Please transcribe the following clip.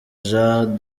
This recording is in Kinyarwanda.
jean